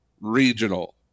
regional